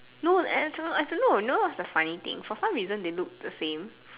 no as in no you know what's the funny thing for some reason they look the same